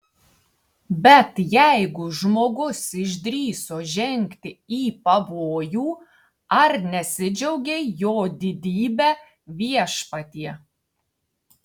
bet jeigu žmogus išdrįso žengti į pavojų ar nesidžiaugei jo didybe viešpatie